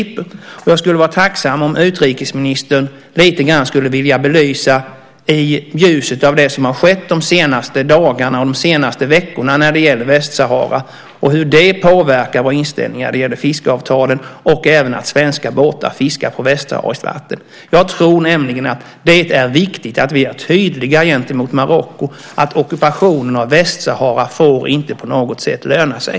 Jag skulle vara tacksam om utrikesministern i ljuset av det som har skett de senaste dagarna och de senaste veckorna när det gäller Västsahara skulle vilja belysa hur det påverkar vår inställning till fiskeavtalen och även till att svenska båtar fiskar på västsahariskt vatten. Jag tror nämligen att det är viktigt att vi är tydliga gentemot Marocko om att ockupationen av Västsahara inte på något sätt får löna sig.